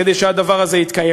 כדי שהדבר הזה יתקיים.